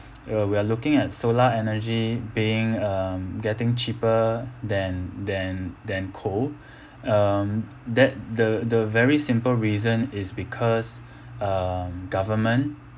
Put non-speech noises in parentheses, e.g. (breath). uh we are looking at solar energy being um getting cheaper than than than coal (breath) um that the the very simple reason is because (breath) um government